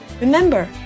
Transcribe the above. Remember